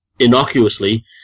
innocuously